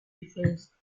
defence